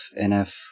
NF